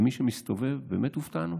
מי שמסתובב, באמת הופתענו?